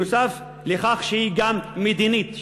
נוסף על כך שהיא גם מדינית,